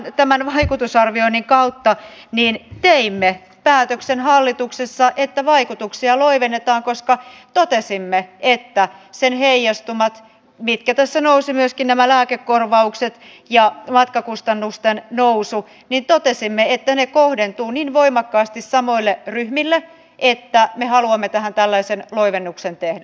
eli tämän vaikutusarvioinnin kautta teimme päätöksen hallituksessa että vaikutuksia loivennetaan koska totesimme että sen heijastumat mitkä tässä nousivat esiin myöskin nämä lääkekorvaukset ja matkakustannusten nousu kohdentuvat niin voimakkaasti samoille ryhmille että me haluamme tähän tällaisen loivennuksen tehdä